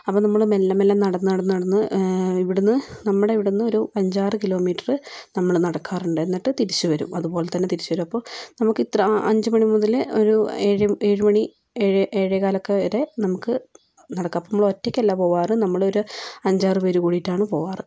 അപ്പം നമ്മൾ മെല്ലെ മെല്ലെ നടന്ന് നടന്ന് നടന്ന് ഇവിടിന്ന് നമ്മുടെ ഇവിടിന്ന് ഒരു അഞ്ചാറ് കിലോമീറ്റർ നമ്മൾ നടക്കാറുണ്ട് എന്നട്ട് തിരിച്ച് വരും അതുപോലെതന്നെ തിരിച്ച് വരും അപ്പം നമുക്ക് ഇത്രാ ആ അഞ്ച് മണി മുതൽ ഒര് ഏഴ് ഏഴുമണി ഏഴേ ഏഴേ കാലൊക്കെ വരെ നമുക്ക് നടക്കാം അപ്പോൾ നമ്മൾ ഒറ്റയ്ക്കല്ല പോവാറ് നമ്മളൊരു അഞ്ചാറ് പേര് കൂടിയിട്ടാണ്ണ് പോവാറ്